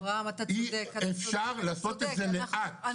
אי אפשר לעשות את זה לאט.